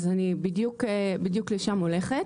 אז בדיוק לשם אני הולכת.